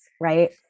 right